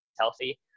healthy